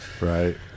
right